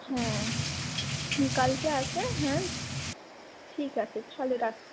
হ্যাঁ কালকে আসবে হ্যাঁ ঠিক আছে তাহলে রাখছি